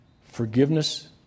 Forgiveness